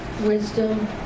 Wisdom